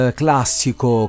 classico